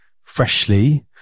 freshly